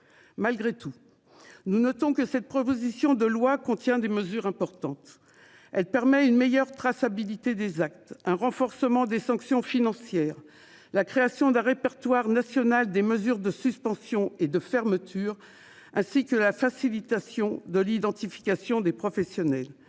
Malgré tout, nous notons que cette proposition de loi contient des mesures importantes. Elle permet une meilleure traçabilité des actes un renforcement des sanctions financières. La création d'un répertoire national des mesures de suspension et de fermeture. Ainsi que la facilitation de l'identification des professionnels.